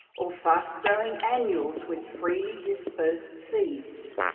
or fast-growing annuals with freely dispersed seeds.